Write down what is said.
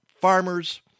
farmers